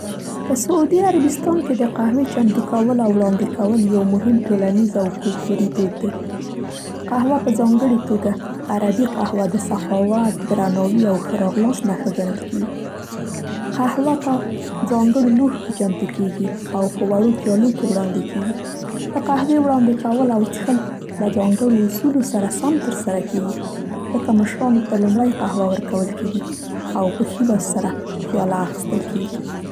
په سعودي عربستان کې د قهوې چمتو کول او وړاندې کول یو مهم ټولنیز او کلتوري دود دی. قهوه، په ځانګړې توګه عربي قهوه د سخاوت، درناوي او ښه راغلاست نښه ګڼل کیږي. قهوه په ځانګړو لوښو کې چمتو کیږي او په وړو پیالو کې وړاندې کیږي. د قهوې وړاندې کول او څښل له ځانګړو اصولو سره سم ترسره کیږي، لکه مشرانو ته لومړی قهوه ورکول کېږي او په ښي لاس سره پیاله اخیستل کېږي.